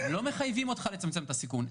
לא מחייבים אותך לצמצם את הסיכון,